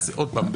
עוד פעם,